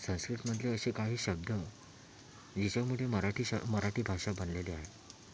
संस्कृतमधले असे काही शब्द ज्याच्यामध्ये मराठी श मराठी भाषा बनलेली आहे